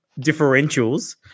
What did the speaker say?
differentials